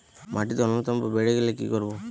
মাটিতে অম্লত্ব বেড়েগেলে কি করব?